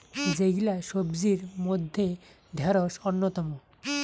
যেগিলা সবজির মইধ্যে ঢেড়স অইন্যতম